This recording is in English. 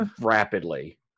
rapidly